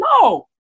No